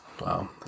Wow